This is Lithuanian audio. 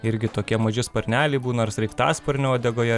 irgi tokie maži sparneliai būna ir sraigtasparnių uodegoje